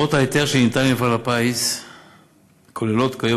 הוראות ההיתר שניתן למפעל הפיס כוללות כיום